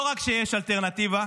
לא רק שיש אלטרנטיבה,